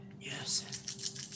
Yes